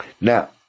Now